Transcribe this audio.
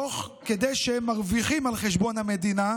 תוך כדי שהם מרוויחים על חשבון המדינה,